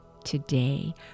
today